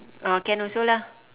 uh can also lah